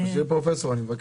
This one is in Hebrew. שלום.